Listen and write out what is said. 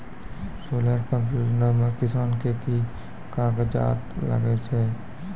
Solar pump योजना म किसान के की कागजात लागै छै?